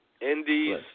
Indies